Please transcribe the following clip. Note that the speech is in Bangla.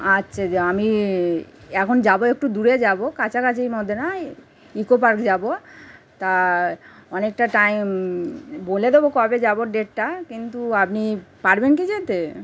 আচ্ছা আচ্ছা আমি এখন যাবো একটু দূরে যাবো কাছাকাছির মধ্যে না ওই ইকো পার্ক যাবো তা অনেকটা টাইম বলে দেবো কবে যাবো ডেটটা কিন্তু আপনি পারবেন কি যেতে